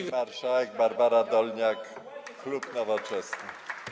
Pani marszałek Barbara Dolniak, klub Nowoczesna.